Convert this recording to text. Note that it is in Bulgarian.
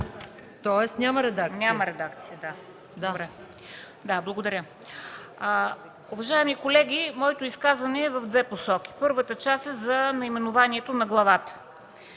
тоест няма редакция. МЕНДА СТОЯНОВА: Няма редакция, да. Добре. Благодаря. Уважаеми колеги, моето изказване е в две посоки. Първата част е за наименованието на главата.